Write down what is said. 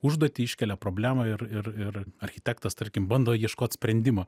užduotį iškelia problemą ir ir ir architektas tarkim bando ieškot sprendimo